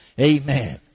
Amen